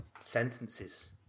sentences